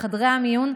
בחדרי המיון,